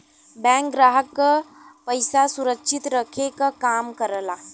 bank ग्राहक क पइसा सुरक्षित रखे क काम करला